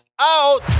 Out